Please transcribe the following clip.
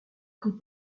pris